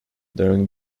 during